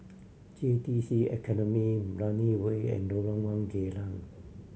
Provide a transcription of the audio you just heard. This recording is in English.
J T C Academy Brani Way and Lorong One Geylang